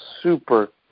super